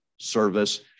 service